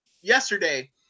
yesterday